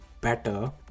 better